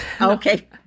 Okay